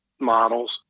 models